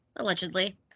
Allegedly